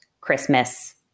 Christmas